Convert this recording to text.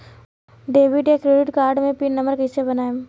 Debit या credit card मे pin number कैसे बनाएम?